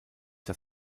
das